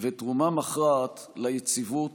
ותרומה מכרעת ליציבות